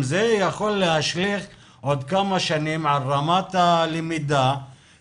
זה יכול להשליך עוד כמה שנים על רמת הלמידה